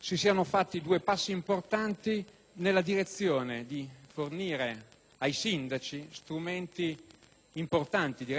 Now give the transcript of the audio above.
si siano fatti due passi importanti nella direzione di fornire ai sindaci strumenti